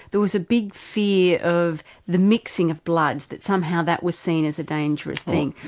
there was a big fear of the mixing of bloods, that somehow that was seen as a dangerous thing.